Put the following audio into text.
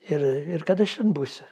ir ir kad aš ten būsiu